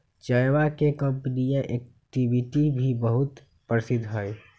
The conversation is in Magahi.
चयवा के कंपनीया एक्टिविटी भी बहुत प्रसिद्ध हई